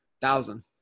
thousand